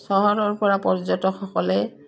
চহৰৰপৰা পৰ্যটকসকলে